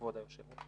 כבוד היושב ראש.